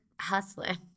hustling